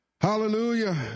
Hallelujah